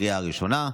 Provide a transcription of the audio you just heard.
לקריאה הראשונה.